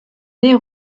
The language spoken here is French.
nez